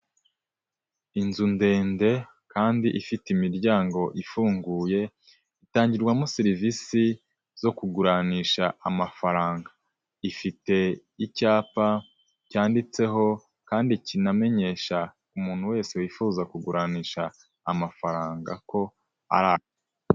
Inzu ndende kandi ifite imiryango ifunguye, itangirwamo serivisi zo kuguranisha amafaranga, ifite icyapa cyanditseho kandi kinamenyesha umuntu wese wifuza kuguranisha amafaranga ko ara...